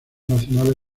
nacionales